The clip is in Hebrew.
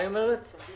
נדבר